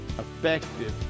effective